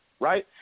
right